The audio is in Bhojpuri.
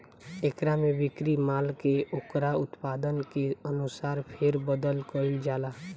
एकरा में बिक्री माल के ओकर उत्पादन के अनुसार फेर बदल कईल जाला